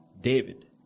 David